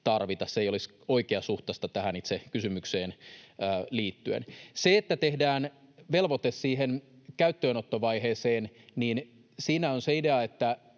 Se ei olisi oikeasuhtaista tähän itse kysymykseen liittyen. Siinä, että tehdään velvoite siihen käyttöönottovaiheeseen, on se idea, että